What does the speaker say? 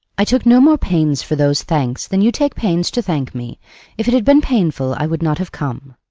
i took no more pains for those thanks than you take pains to thank me if it had been painful, i would not have come.